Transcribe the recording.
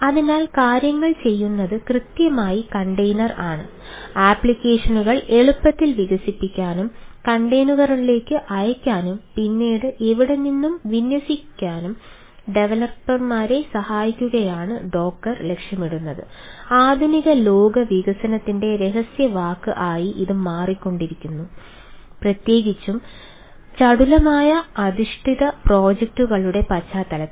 അതിനാൽ കാര്യങ്ങൾ ചെയ്യുന്നത് കൃത്യമായി കണ്ടെയ്നർ പശ്ചാത്തലത്തിൽ